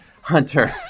Hunter